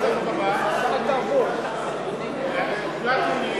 ההצעה להעביר את הצעת חוק זכויות התלמיד (תיקון,